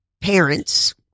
parents